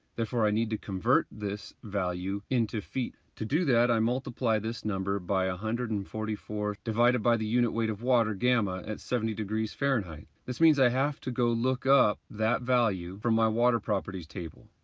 therefore i need to convert this value into feet. to do that, i multiply this number by a one hundred and forty four divided by the unit weight of the water, gamma, at seventy degrees fahrenheit. this means i have to go look up that value from my water properties table.